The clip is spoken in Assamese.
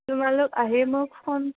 তোমালোক আহি মোক ফোন